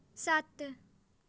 ਸੱਤ